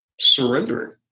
surrendering